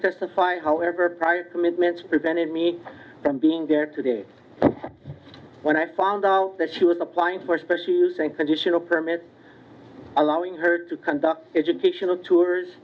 testify however prior commitments prevented me from being there today when i found out that she was applying for a specially using conditional permit allowing her to conduct educational tours